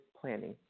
Planning